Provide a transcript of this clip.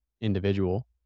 individual